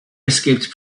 escaped